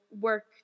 work